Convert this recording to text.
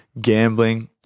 gambling